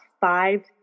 five